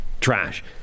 trash